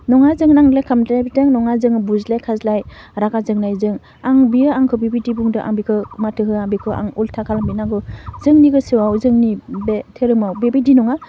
नङा जों नांज्लाय खमज्लायजों नङा जों बुज्लाय खाज्लाय रागा जोंनायजों आं बियो आंखौ बिबायदि बुंदों आं बिखौ माथो होया बेखौ आं उल्था खालामफिन्नांगौ जोंनि गोसोआव जोंनि बे धोरोमाव बेबायदि नङा